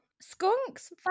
Skunks